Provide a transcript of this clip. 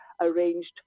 arranged